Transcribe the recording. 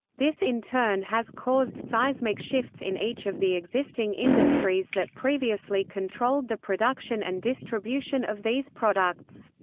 this in turn has caused seismic shifts in each of the existing industries that previously controlled the production and distribution of these products.